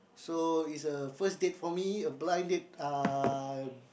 so is a first date for me a blind date uh